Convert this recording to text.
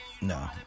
No